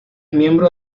miembro